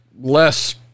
less